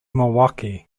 milwaukee